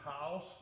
house